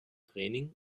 training